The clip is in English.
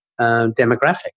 demographic